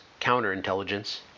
counterintelligence